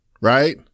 Right